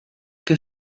que